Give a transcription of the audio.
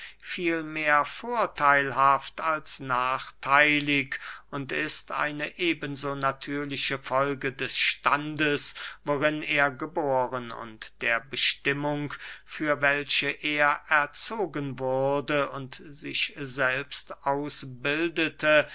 vielmehr vortheilhaft als nachtheilig und ist eine eben so natürliche folge des standes worin er geboren und der bestimmung für welche er erzogen wurde und sich selbst ausbildete